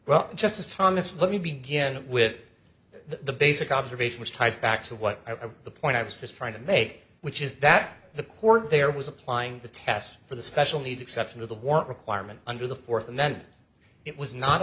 well justice thomas let me begin with the basic observation which ties back to what the point i was just trying to make which is that the court there was applying the test for the special needs exception to the war requirement under the fourth and that it was not